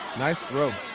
nice throw.